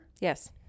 Yes